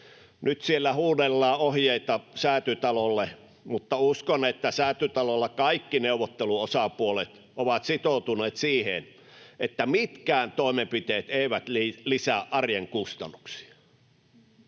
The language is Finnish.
”Nyt siellä huudellaan ohjeita Säätytalolle, mutta uskon, että Säätytalolla kaikki neuvotteluosapuolet ovat sitoutuneet siihen, että mitkään toimenpiteet eivät lisää arjen kustannuksia.”